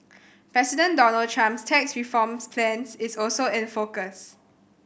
President Donald Trump's tax reforms plan is also in focus